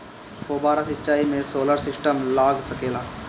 फौबारा सिचाई मै सोलर सिस्टम लाग सकेला?